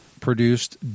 produced